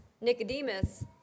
Nicodemus